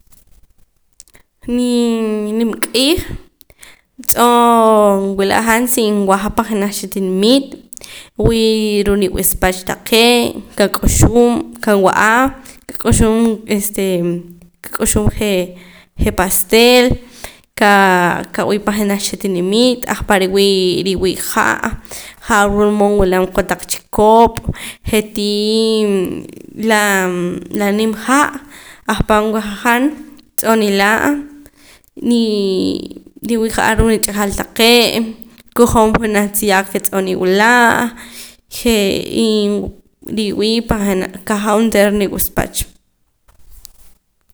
Nii ninimq'iij tz'oo' nwila' han si waja pan jenaj cha tinimit wii ruu' niwuspach taqee' qak'uxum kawa'a qak'uxum este qak'uxum je' pastel kaa kawii' pan jenaj cha tinimit ajpare' wii' riwii' ha' ja'ar wulmood wilam kotaq chikop jetii' la la nim ha' ahpa' waja han tz'oo' nila' nii riwii' ruu' nich'ajal taqee' kojom jenaj tziyaq ke tz'oo' niwila' je' y riwii' pan jenaj qaja hoj onteera niwuspach